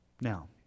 Now